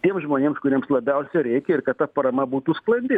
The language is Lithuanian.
tiem žmonėms kuriems labiausia reikia ir kad ta parama būtų sklandi